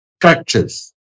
crutches